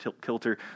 kilter